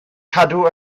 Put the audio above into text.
cadw